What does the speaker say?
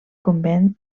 convent